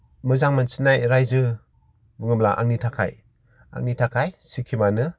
मोजां मोनसिननाय रायजो बुङोब्ला आंनि थाखाय आंनि थाखाय सिक्किमानो